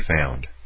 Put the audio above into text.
found